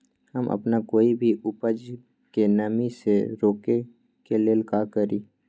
हम अपना कोई भी उपज के नमी से रोके के ले का करी?